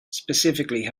specifically